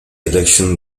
election